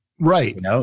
Right